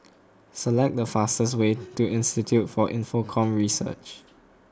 select the fastest way to Institute for Infocomm Research